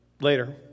Later